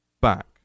back